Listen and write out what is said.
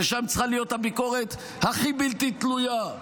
ושם צריכה להיות הביקורת הכי בלתי תלויה,